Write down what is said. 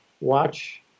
watch